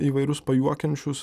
įvairius pajuokiančius